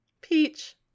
Peach